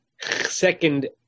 second